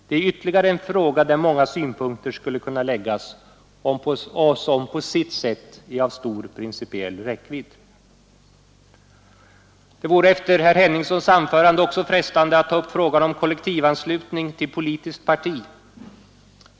Det är ytterligare en fråga där många synpunkter skulle kunna läggas och som på sitt sätt är av stor principiell räckvidd. Det vore, efter herr Henningssons anförande, också frestande att ta upp frågan om kollektivanslutning till politiskt parti.